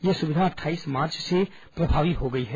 यह सुविधा अट्ठाईस मार्च से प्रभावी हो गई है